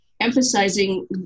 emphasizing